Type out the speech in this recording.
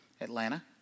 Atlanta